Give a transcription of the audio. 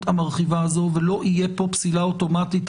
המרחיבה הזו ולא יהיה פה פסילה אוטומטית,